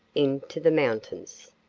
into the mountains.